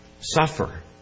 suffer